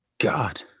God